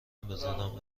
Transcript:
بذارم